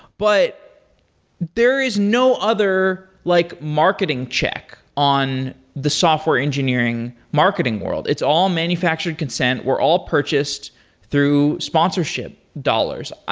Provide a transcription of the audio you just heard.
but there is no other like marketing check on the software engineering marketing world. it's all manufactured consent, were all purchased through sponsorship dollars,